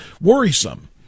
worrisome